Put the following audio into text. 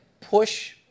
push